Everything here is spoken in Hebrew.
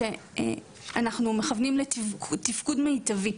זה שאנחנו מכוונים לתפקוד מיטיבי.